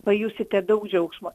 pajusite daug džiaugsmo